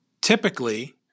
Typically